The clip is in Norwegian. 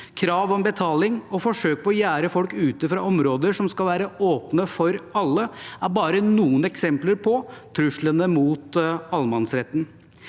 krav om betaling og forsøk på å gjerde folk ute fra områder som skal være åpne for alle, er bare noen eksempler på truslene mot allemannsretten.